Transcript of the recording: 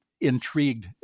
intrigued